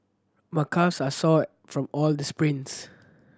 my calves are sore from all the sprints